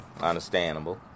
Understandable